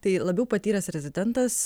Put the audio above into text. tai labiau patyręs rezidentas